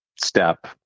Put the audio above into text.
step